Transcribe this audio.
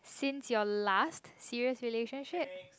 since your last serious relationship